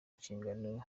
inshingano